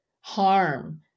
harm